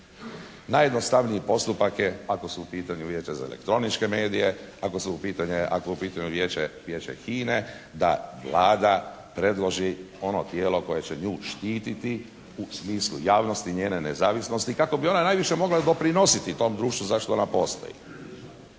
Najjednostavniji postupak je ako su u pitanju Vijeće za elektroničke medije, ako je u pitanju Vijeće HINA-e da Vlada predloži ono tijelo koje će nju štititi u smislu javnosti, njene nezavisnosti, kako bi ona najviše mogla doprinositi tom društvu za što ona postoji.